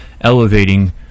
elevating